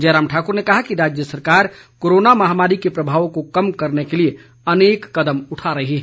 जयराम ठाकुर ने कहा कि राज्य सरकार कोरोना महामारी के प्रभाव को कम करने के लिए अनेक कदम उठा रही है